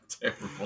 Terrible